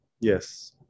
Yes